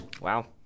Wow